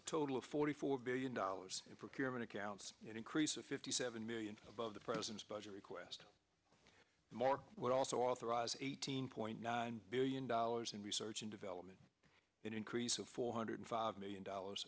a total of forty four billion dollars in procurement accounts an increase of fifty seven million above the president's budget request more would also authorize eighteen point nine billion dollars in research and development an increase of four hundred five million dollars